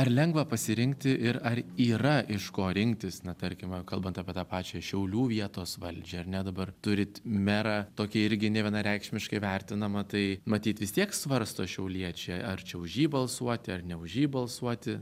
ar lengva pasirinkti ir ar yra iš ko rinktis na tarkime kalbant apie tą pačią šiaulių vietos valdžią ar ne dabar turit merą tokį irgi nevienareikšmiškai vertinamą tai matyt vis tiek svarsto šiauliečiai ar čia už jį balsuoti ar ne už jį balsuoti